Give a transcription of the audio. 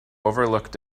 overlooked